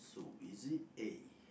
oh is it A